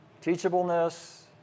Teachableness